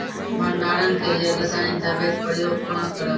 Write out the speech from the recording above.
भंडारणक लेल रासायनिक दवेक प्रयोग कुना करव?